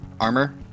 armor